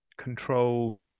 control